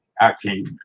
acting